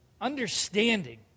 understanding